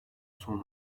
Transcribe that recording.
son